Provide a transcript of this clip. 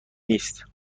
نیست